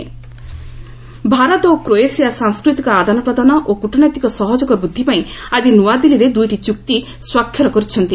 Sushma Croatia Bharat ଓ Croatia ସାଂସ୍କୃତିକ ଆଦାନପ୍ରଦାନ ଓ କୃଟନୈତିକ ସହଯୋଗ ବୃଦ୍ଧି ପାଇଁ ଆଜି ନୂଆଦିଲ୍ଲୀରେ ଦୁଇଟି ଚୁକ୍ତି ସ୍ୱାକ୍ଷର କରିଛନ୍ତି